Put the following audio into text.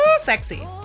sexy